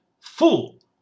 fool